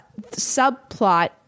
subplot